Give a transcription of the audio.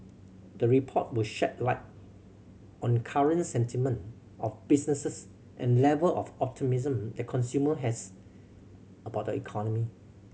the report will shed light on current sentiment of businesses and level of optimism that consumer has about the economy